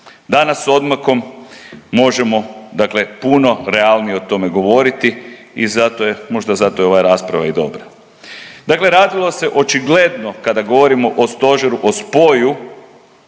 Danas sa odmakom možemo dakle puno realnije o tome govoriti i zato je, možda je zato ova rasprava i dobra. Dakle, radilo se očigledno kada govorimo o Stožeru, o spoju